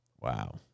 Wow